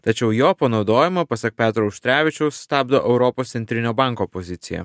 tačiau jo panaudojimą pasak petro auštrevičiaus stabdo europos centrinio banko pozicija